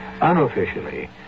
Unofficially